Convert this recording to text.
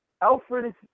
alfred